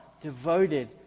devoted